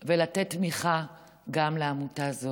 ולתת תמיכה גם לעמותה הזאת.